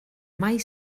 mai